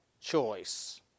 choice